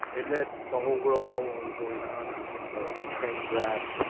it let the whole world know what was going on and in the train graff.